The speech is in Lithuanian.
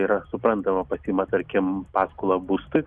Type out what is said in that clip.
yra suprantama pasiima tarkim paskolą būstui